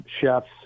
chefs